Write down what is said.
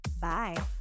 bye